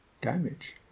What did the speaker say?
damage